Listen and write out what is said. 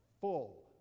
full